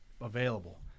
available